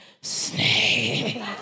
snake